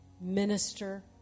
Minister